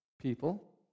people